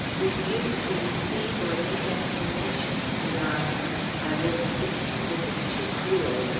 refused to receive or make explanation, beyond i won't kiss you this is too cruel.